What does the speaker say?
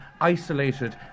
isolated